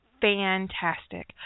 fantastic